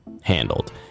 handled